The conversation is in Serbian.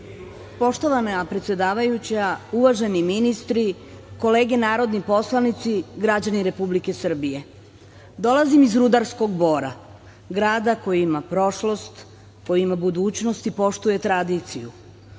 Poštovana predsedavajuća, uvaženi ministri, kolege narodni poslanici, građani Republike Srbije, dolazim iz rudarskog Bora, grada koji ima prošlost, koji ima budućnost i poštuje tradiciju.